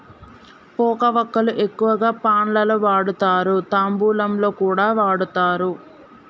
పోక వక్కలు ఎక్కువగా పాన్ లలో వాడుతారు, తాంబూలంలో కూడా వాడుతారు